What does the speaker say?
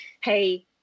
hey